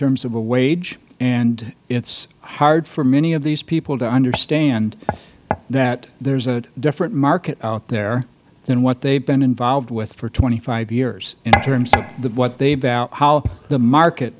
terms of a wage and it is hard for many of these people to understand that there is a different market out there than what they have been involved with for twenty five years in terms of what they how the market